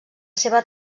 seva